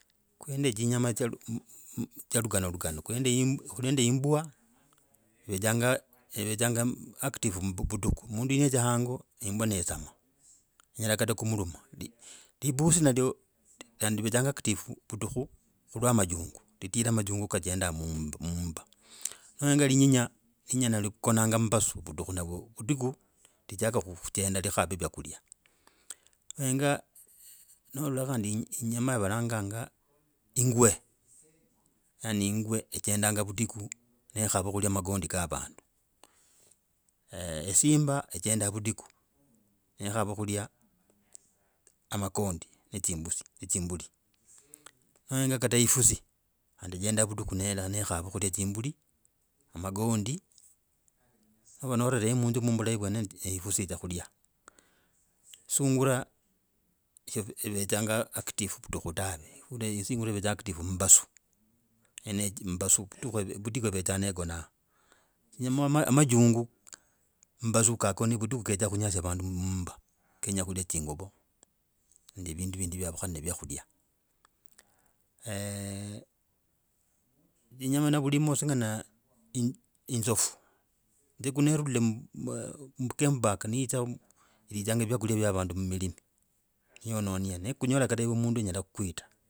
Ku nende zinyama zya likana, lukana. Ku nende yimbwa. Yivedzanga yivedzanga active mu vudiku. Mundu yedza hango ne imbwa neisama. Inyera kata kumuluma. Libusi nalyo. Kandi livedza active vudiku, khulwa majungu. Litiraa majungu kajenda mu, mumba. Nonga linyinya linyinya nalikonanga mumbasu, vudukhu navwa, vudiku lijaga khujendaa nelikava vykulia. Henga nalala khandi enyama yavalanganga ingwe, yaani ingwe ijendaga vudiku nekhava khulia magondi kavandu, ooo esimba ejendaa vudiku nekhava khulia amagondi no tsimbusi, ne tsimbuli, nohonga kata efusi ejendaa vudiku nekhava khulia tsimbuli, magondi, nova norereyo munzu yiye vulahi vwene ne efusi yitsa khulia sungura ivetsanga active vudiku dave, sungura ivetsanga active mumbasu, yeneye mumbasu vudiku ivetsa negona, amajungu mumbasu kagoni. Vudika ketsa kunyasya vandu muumba, kenya khulia tsinguvo nende vindu vindi vyaukhane vyakhula eeh, enyama navulima singana inzofu, inzofu nelur mugame park ni yidza ilidzaa vyakula vya avandu mumilimi nekunyola kata yive mundu inyela kwita.